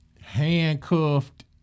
Handcuffed